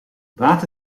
baat